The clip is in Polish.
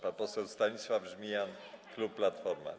Pan poseł Stanisław Żmijan, klub Platforma.